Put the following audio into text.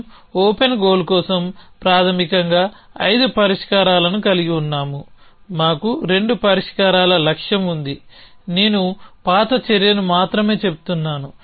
మనం open goal కోసం ప్రాథమికంగా ఐదు పరిష్కారాలను కలిగి ఉన్నాము మాకు రెండు పరిష్కారాల లక్ష్యం ఉంది నేను పాత చర్యను మాత్రమే చెబుతున్నాను